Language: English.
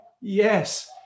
yes